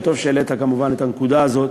וטוב שהעלית כמובן את הנקודה הזאת,